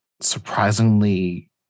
surprisingly